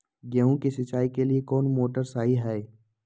गेंहू के सिंचाई के लिए कौन मोटर शाही हाय?